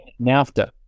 NAFTA